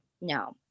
No